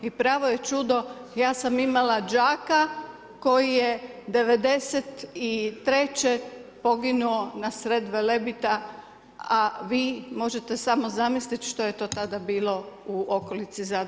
I pravo je čudo, ja sam imala đaka koji je '93. poginuo na sred Velebita a vi možete samo zamisliti što je to tada bilo u okolici Zadra.